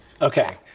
Okay